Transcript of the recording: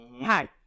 Hi